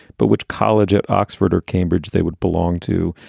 but which college at oxford or cambridge they would belong to.